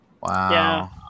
Wow